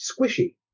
squishy